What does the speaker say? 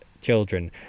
children